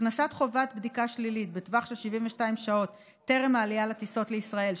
הכנסת חובת בדיקה שלילית בטווח של 72 שעות טרם העלייה לטיסות לישראל,